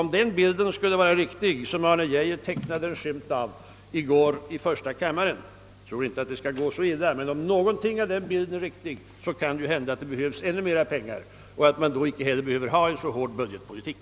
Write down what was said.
Om den bild skulle vara riktig som Arne Geijer tecknade i första kammaren kan det hända att ännu mer pengar behövs och då behöver man inte heller föra en så hård budgetpolitik.